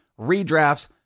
redrafts